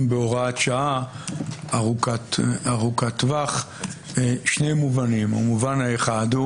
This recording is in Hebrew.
בהוראת שעה ארוכת טווח שני מובנים: המובן האחד,